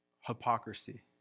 hypocrisy